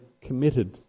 committed